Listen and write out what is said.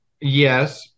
yes